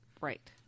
Right